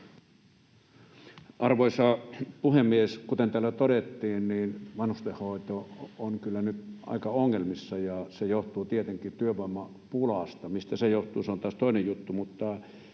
Arvoisa puhemies! Kuten täällä todettiin, niin vanhustenhoito on kyllä nyt aika ongelmissa, ja se johtuu tietenkin työvoimapulasta. Mistä se johtuu, se on taas toinen juttu.